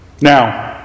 Now